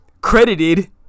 credited